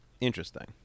interesting